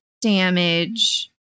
damage